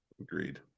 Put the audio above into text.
agreed